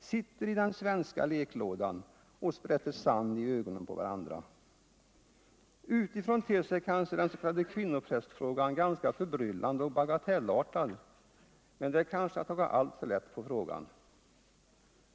sitter i den svenska leklådan och sprätter sand i ögonen på varandra? Utifrån ter sig kanske den s.k. kvinnoprästfrågan ganska förbryllande och bagatellartad. men det är kanske att taga alltför lätt på frågan.